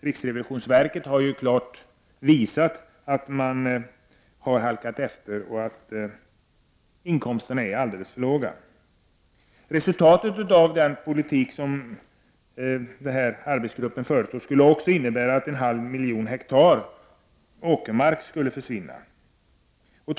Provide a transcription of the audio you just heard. Riksrevisionsverket har klart visat att man har halkat efter och att inkomsterna är alldeles för låga. Ett annat resultat av den politik som arbetsgruppen föreslår skulle bli att en halv miljon hektar åkermark skulle försvinna.